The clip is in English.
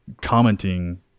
commenting